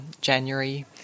January